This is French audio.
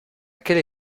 quelle